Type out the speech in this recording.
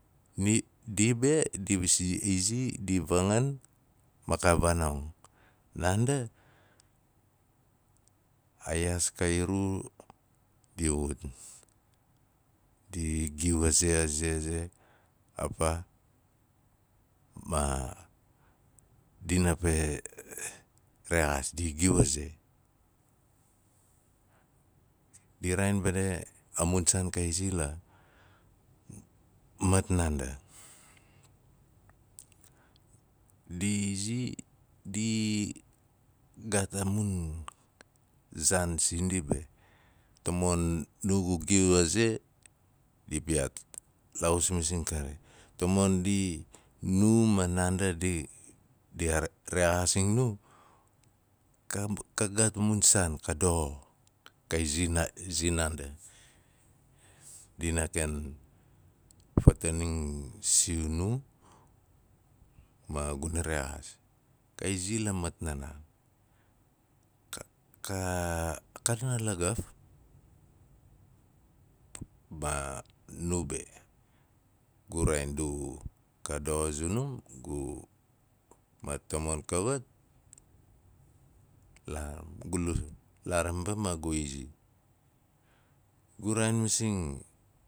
Ndi be di v- izi di vangan ma ka vaanong ndande, a yaas ka iru di wul di giu aze, aze, aze, aa paa ma dina pe rexaas di giu a ze. Di raain bane a mun saan ka izi la mitnaande di izi di gaat a mun zaan sindi be tomon nugu giu aze, di piyaat laaus masing kare, tamon ndi- nu ma naandi di rexaazing nu, ka gaat ka gaat mun saan ka doxo kai zi- zinaandi dina ken fataning sinum ma dina rexaas. Ka izi la mitna laanga ka- ka, kana lagaf, ma nu be, gu raain du, ka doxo zunum, gu, ma tamen kawat, laaram, gu- lu- laaram be ma gu izi. Gu raain masing.